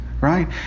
right